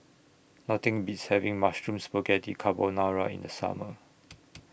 Nothing Beats having Mushroom Spaghetti Carbonara in The Summer